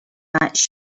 that